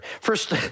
First